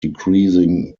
decreasing